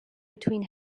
between